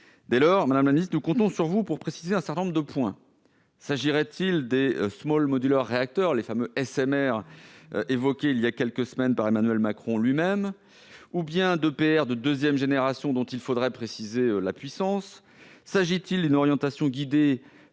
Dès lors, madame la ministre, nous comptons sur vous pour préciser un certain nombre de points. S'agirait-il des les fameux SMR évoqués voilà quelques semaines par Emmanuel Macron lui-même, ou bien d'EPR de deuxième génération, dont la puissance reste à préciser ? Ou s'agirait-il d'une orientation guidée